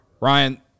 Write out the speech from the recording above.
Ryan